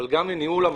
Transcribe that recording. אבל גם לניהול המשאב.